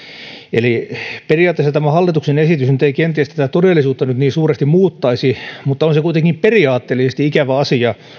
eli periaatteessa tämä hallituksen esitys ei kenties tätä todellisuutta nyt niin suuresti muuttaisi mutta on se kuitenkin periaatteellisesti ikävä asia